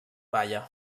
baia